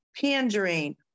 pandering